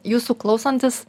jūsų klausantis